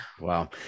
wow